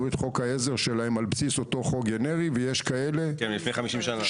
את חוק העזר שלהם על בסיסו --- מלפני 50 שנה.